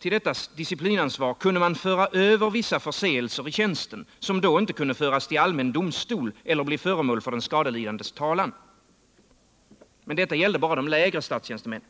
Till disciplinansvaret kunde man föra över vissa förseelser i tjänsten, som då inte kunde föras till allmän domstol eller bli föremål för den skadelidandes talan. Men detta gällde bara de lägre statstjänstemännen.